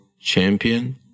champion